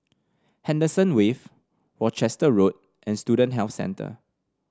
Henderson Wave Worcester Road and Student Health Centre